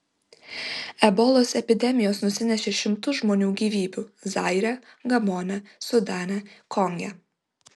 ebolos epidemijos nusinešė šimtus žmonių gyvybių zaire gabone sudane konge